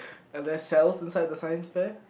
are they cells inside the science fair